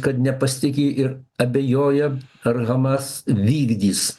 kad nepasitiki ir abejoja ar hamas vykdys